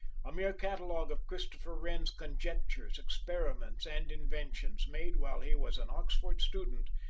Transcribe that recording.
a mere catalogue of christopher wren's conjectures, experiments, and inventions, made while he was an oxford student,